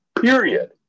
period